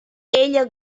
ella